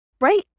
right